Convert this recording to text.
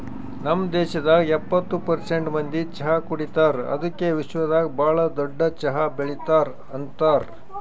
ನಮ್ ದೇಶದಾಗ್ ಎಪ್ಪತ್ತು ಪರ್ಸೆಂಟ್ ಮಂದಿ ಚಹಾ ಕುಡಿತಾರ್ ಅದುಕೆ ವಿಶ್ವದಾಗ್ ಭಾಳ ದೊಡ್ಡ ಚಹಾ ಬೆಳಿತಾರ್ ಅಂತರ್